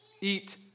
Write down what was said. Eat